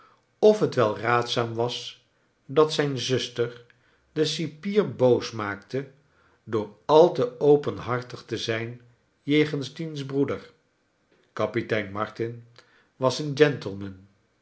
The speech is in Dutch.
of het wel raadzaam was dat zijn zuster den cipier boos maakte door al te openhartig te zijn jegens diens broeder kapitein martin was een